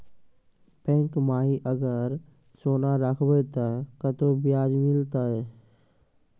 Bank माई अगर सोना राखबै ते कतो ब्याज मिलाते?